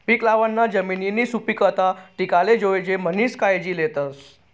पीक लावाना जमिननी सुपीकता टिकाले जोयजे म्हणीसन कायजी लेतस